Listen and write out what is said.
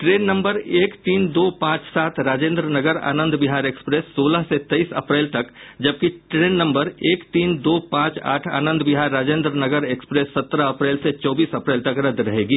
train number एक तीन दो पांच सात राजेंद्र नगर आनंद विहार सोलह से तेईस अप्रैल तक जबकि ट्रेन नम्बर एक तीन दो पांच आठ आनंद विहार राजेंद्र नगर सत्रह अप्रैल से चौबीस अप्रैल तक रद्द रहेगी